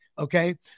Okay